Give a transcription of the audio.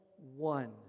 one